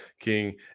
King